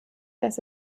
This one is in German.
dass